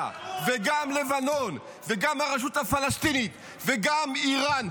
גם עזה, גם לבנון וגם הרשות הפלסטינית וגם איראן.